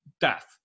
death